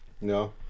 no